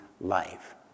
life